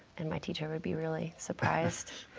and my teacher would be really surprised.